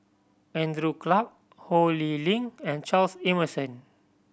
Andrew Clarke Ho Lee Ling and Charles Emmerson